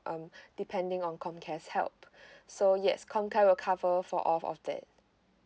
um depending on comcare's help so yes comcare will cover for all of that